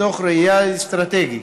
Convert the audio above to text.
מתוך ראייה אסטרטגית